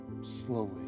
slowly